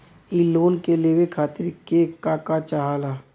इ लोन के लेवे खातीर के का का चाहा ला?